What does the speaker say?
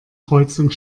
kreuzung